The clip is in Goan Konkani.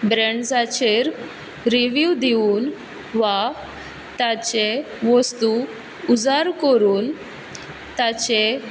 ब्रेंड्साचेर रिवीव दिवन वा ताचे वस्तू उजार करून ताचे